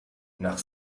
nach